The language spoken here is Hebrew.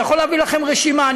אני יכול להביא לכם רשימה,